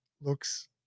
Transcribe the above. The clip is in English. looks